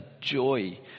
joy